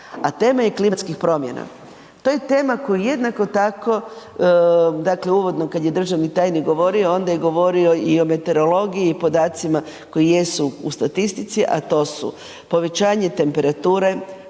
a tema je klimatskih promjena. To je tema koju jednako tako dakle uvodno kada je državni tajnik govorio onda je govorio i o meteorologiji i o podacima koji jesu u statistici, a to su: povećanje temperature,